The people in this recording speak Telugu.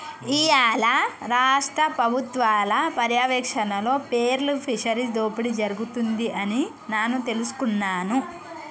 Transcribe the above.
ఇయ్యాల రాష్ట్ర పబుత్వాల పర్యారక్షణలో పేర్ల్ ఫిషరీస్ దోపిడి జరుగుతుంది అని నాను తెలుసుకున్నాను